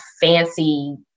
fancy